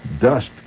dust